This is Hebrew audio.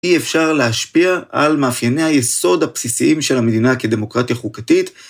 אי אפשר להשפיע על מאפייני היסוד הבסיסיים של המדינה כדמוקרטיה חוקתית.